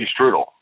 Strudel